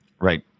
Right